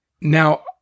Now